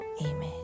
Amen